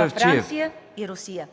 във Франция и Русия.